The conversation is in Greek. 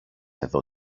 εδώ